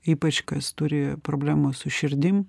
ypač kas turi problemų su širdim